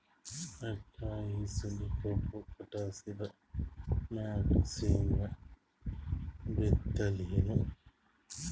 ಅಕ್ಕ ಈ ಸಲಿ ಕಬ್ಬು ಕಟಾಸಿದ್ ಮ್ಯಾಗ, ಶೇಂಗಾ ಬಿತ್ತಲೇನು?